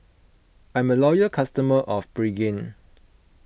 I'm a loyal customer of Pregain